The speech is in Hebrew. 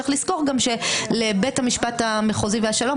צריך גם לזכור שלבית המשפט המחוזי והשלום,